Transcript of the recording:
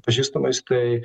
pažįstamais tai